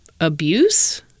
abuse